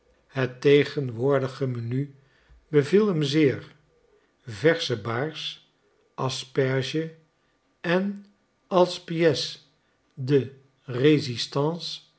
het tegenwoordige menu beviel hem zeer versche baars asperge en als pièce de résistance